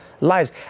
lives